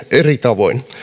eri tavoin